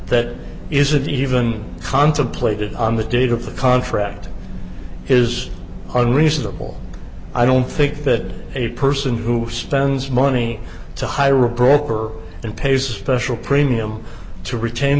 that isn't even contemplated on the date of the contract is unreasonable i don't think that a person who spends money to hire a broker and paste special premium to retain